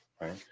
right